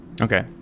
Okay